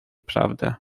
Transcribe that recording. prawdę